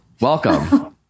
Welcome